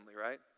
right